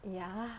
ya